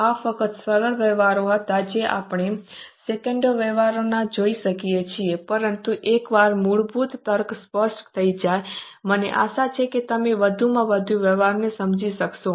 આ ફક્ત સરળ વ્યવહારો હતા જે આપણે સેંકડો વ્યવહારોને જોઈ શકીએ છીએ પરંતુ એકવાર મૂળભૂત તર્ક સ્પષ્ટ થઈ જાય મને આશા છે કે તમે વધુને વધુ વ્યવહારોને સમજી શકશો